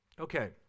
okay